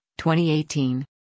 2018